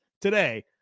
today